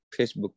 Facebook